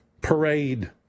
parade